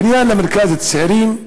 בניין למרכז צעירים,